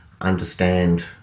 understand